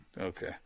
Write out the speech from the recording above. okay